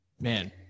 Man